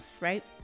right